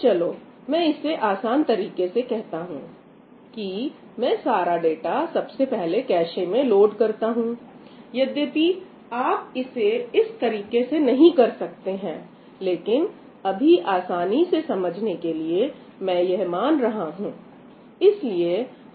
तो चलो मैं इसे आसान तरीके से कहता हूं कि मैं सारा डाटा सबसे पहले कैशे में लोड करता हूं यद्यपि आप इसे इस तरीके से नहीं करते हैं लेकिन अभी आसानी से समझने के लिए मैं यह मान रहा हूं